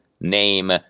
name